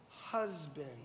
husband